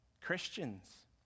Christians